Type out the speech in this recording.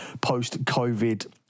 post-COVID